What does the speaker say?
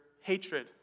hatred